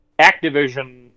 Activision